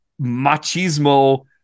machismo